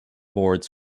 boards